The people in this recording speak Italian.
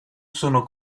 sono